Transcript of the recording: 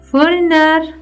Foreigner